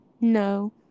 No